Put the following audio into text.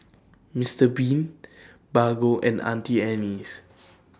Mister Bean Bargo and Auntie Anne's